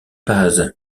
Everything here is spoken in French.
paz